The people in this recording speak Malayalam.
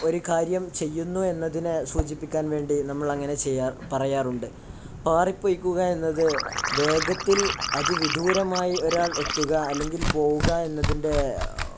ഒരു കാര്യം ചെയ്യുന്നു എന്നതിനെ സൂചിപ്പിക്കാൻ വേണ്ടി നമ്മളങ്ങനെ പറയാറുണ്ട് പാറിപ്പൊയ്ക്കുക എന്നതു വേഗത്തിൽ അതി വിദൂരമായി ഒരാൾ എത്തുക അല്ലെങ്കിൽ പോവുക എന്നതിൻ്റെ